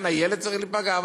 הילד צריך להיפגע?